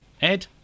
Ed